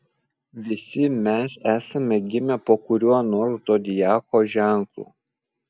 visi mes esame gimę po kuriuo nors zodiako ženklu